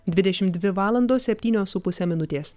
dvidešimt dvi valandos septynios su puse minutės